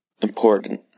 important